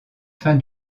fin